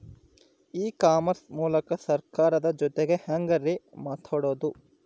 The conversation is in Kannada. ಇ ಕಾಮರ್ಸ್ ಮೂಲಕ ಸರ್ಕಾರದ ಜೊತಿಗೆ ಹ್ಯಾಂಗ್ ರೇ ಮಾತಾಡೋದು?